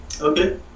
Okay